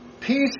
Peace